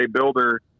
builder